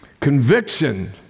Conviction